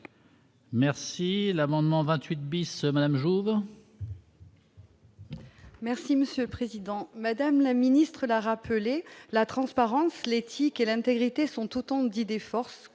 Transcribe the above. Merci l'amendement 28 bis Madame Jourdain. Merci Monsieur le Président, Madame la ministre l'a rappelé la transparence et l'éthique et l'intégrité sont autant d'idées force